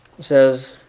says